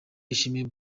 yishimiye